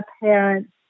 parents